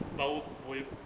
but wo~ 我也